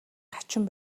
хачин